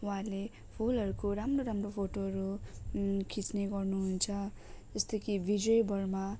उहाँहरूले फुलहरूको राम्रो राम्रो फोटोहरू खिच्ने गर्नुहुन्छ जस्तै कि विजय वर्मा